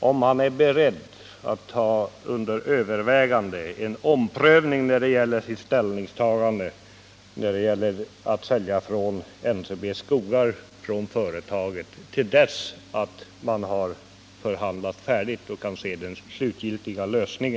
om han är beredd att ta under övervägande en omprövning av sitt ställningstagande när det gäller försäljning av NCB:s skogar till dess att man har förhandlat färdigt och kan se den slutgiltiga lösningen.